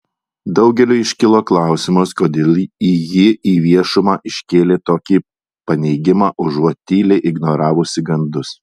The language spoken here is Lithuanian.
daugeliui iškilo klausimas kodėl ji į viešumą iškėlė tokį paneigimą užuot tyliai ignoravusi gandus